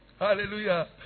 Hallelujah